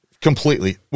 completely